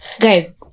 guys